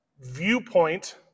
viewpoint